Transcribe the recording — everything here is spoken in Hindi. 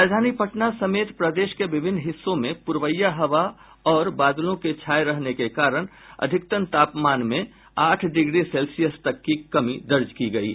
राजधानी पटना समेत प्रदेश के विभिन्न हिस्सों में पूरवईया प्रभाव और बादलों के छाये रहने के कारण अधिकतम तापमान में आठ डिग्री सेल्सियस तक की कमी दर्ज की गयी